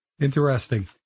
Interesting